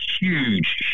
huge